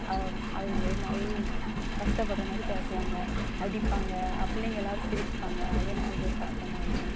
ஒரு மாதிரி கஷ்டப்படுற மாதிரி பேசுவாங்க அடிப்பாங்க அப் பிள்ளைங்க எல்லோரும் சிரிப்பாங்க அது நம்மளுக்கு ஒரு கஷ்டமா இருக்கும்